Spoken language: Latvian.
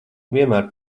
vienmēr